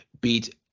beat